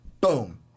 boom